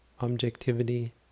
objectivity